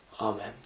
Amen